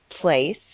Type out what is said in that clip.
place